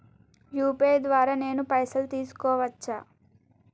UPI ద్వారా నేను పైసలు తీసుకోవచ్చా?